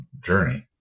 journey